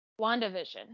WandaVision